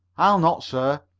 i'll not, sir.